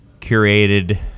curated